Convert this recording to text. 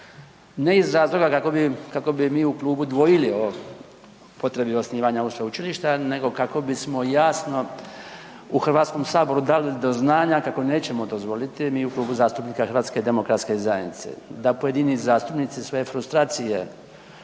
ne iz razloga kako bi mi u klubu dvojili o potrebi osnivanja ovog sveučilišta nego kako bismo jasno u Hrvatskom saboru dali do znanja kako nećemo dozvoliti ni u Klubu zastupnika HDZ-a da pojedini zastupnici svoje frustracije